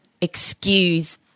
excuse